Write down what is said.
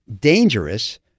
dangerous